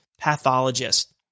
pathologist